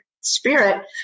Spirit